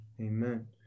amen